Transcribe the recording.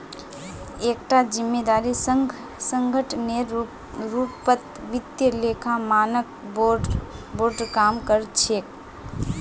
एकता जिम्मेदार संगठनेर रूपत वित्तीय लेखा मानक बोर्ड काम कर छेक